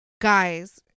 guys